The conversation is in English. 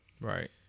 right